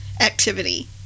activity